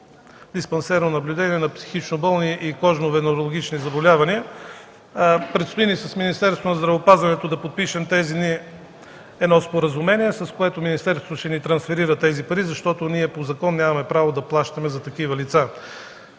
диспансерно наблюдение на психично болни и с кожно-венерически заболявания. Предстои ни с Министерството на здравеопазването да подпишем тези дни едно споразумение, с което министерството ще ни трансферира тези пари, защото по закон нямаме право да плащаме за такива лица.